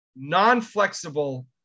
non-flexible